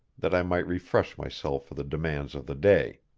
that i might refresh myself for the demands of the day.